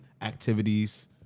activities